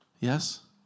Yes